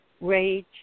rage